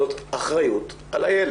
אני חייב לומר שזאת אחריות על הילד.